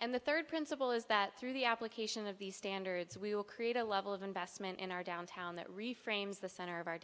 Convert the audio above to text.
and the third principle is that through the application of these standards we will create a level of investment in our downtown that reframes the center of our